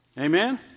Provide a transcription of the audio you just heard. Amen